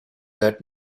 that